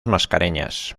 mascareñas